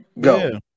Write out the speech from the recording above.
go